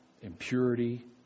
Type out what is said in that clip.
impurity